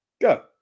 Go